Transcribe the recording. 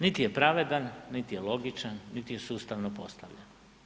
Niti je pravedan, niti je logičan, niti je sustavno postavljen.